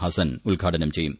ഹസ്സൻ ഉദ്ഘാടനം ചെയ്യും